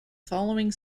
following